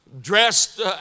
dressed